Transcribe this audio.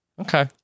Okay